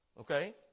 okay